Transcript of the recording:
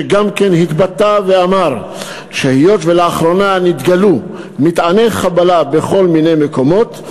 שגם התבטא ואמר שהיות שלאחרונה נתגלו מטעני חבלה בכל מיני מקומות,